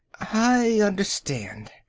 i understand.